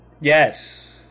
Yes